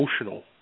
emotional